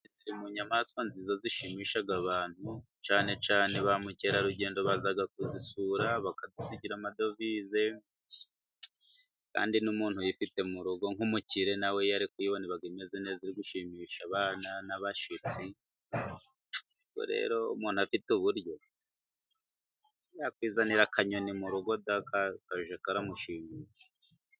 Mu nyamaswa nziza zishimisha abantu, cyane cyane ba mukerarugendo baza kuzisura bakadusigira amadovize, kandi n'umuntu uyifite mu rugo nk'umukire nawe iyo ari kuyibona imeze neza iri gushimisha abana n'abashyitsi, ubwo rero afite uburyo, yakwizanira akanyoni mu rugo da kakajya karamushimisha.